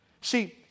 See